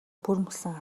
бүрмөсөн